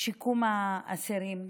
שיקום האסירים.